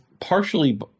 partially